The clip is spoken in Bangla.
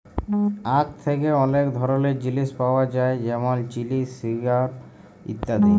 আখ থ্যাকে অলেক ধরলের জিলিস পাওয়া যায় যেমল চিলি, সিরাপ ইত্যাদি